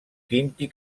quint